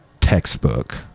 textbook